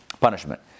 punishment